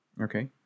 Okay